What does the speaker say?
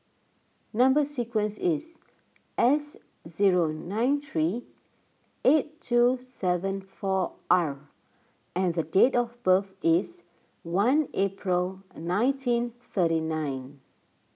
Number Sequence is S zero nine three eight two seven four R and date of birth is one April nineteen thirty nine